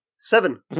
Seven